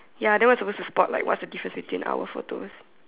ya then we're supposed to spot like what's the difference between our photos